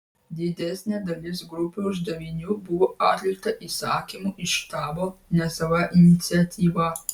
didesnė dalis grupių uždavinių buvo atlikta įsakymu iš štabo ne sava iniciatyva